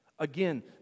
Again